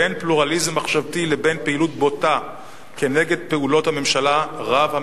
בין פלורליזם מחשבתי לבין פעילות בוטה כנגד פעולות הממשלה רב המרחק,